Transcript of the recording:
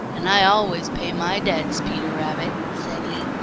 and i always pay my debts, peter rabbit, said he.